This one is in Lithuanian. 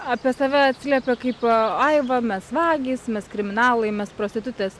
apie save atsiliepia kaip ai va mes vagys mes kriminalai mes prostitutės